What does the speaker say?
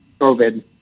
COVID